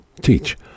teach